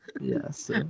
Yes